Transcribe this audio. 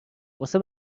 واسه